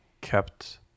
kept